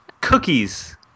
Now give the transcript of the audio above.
Cookies